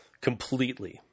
completely